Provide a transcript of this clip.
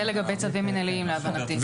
זה לגבי צווים מנהליים להבנתי,